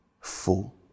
full